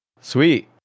sweet